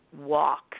walk